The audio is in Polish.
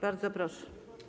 Bardzo proszę.